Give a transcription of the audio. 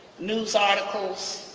news articles,